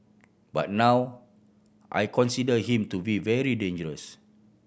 but now I consider him to be very dangerous